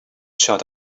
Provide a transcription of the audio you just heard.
shut